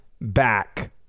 back